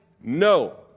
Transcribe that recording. no